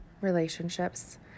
relationships